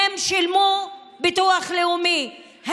הם שילמו ביטוח לאומי,